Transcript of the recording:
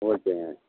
ஓகேங்க